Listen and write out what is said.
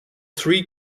three